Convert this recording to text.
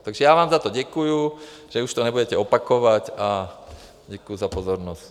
Takže já vám za to děkuju, že už to nebudete opakovat, a děkuji za pozornost.